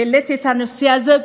שהעלית את הנושא הזה,